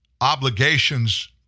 obligations